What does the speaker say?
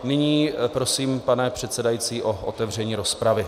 Nyní prosím, pane předsedající, o otevření rozpravy.